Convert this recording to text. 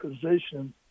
position